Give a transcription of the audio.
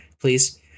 please